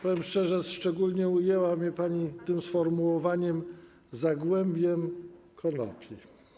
Powiem szczerze, że szczególnie ujęła mnie pani sformułowaniem: zagłębie konopi.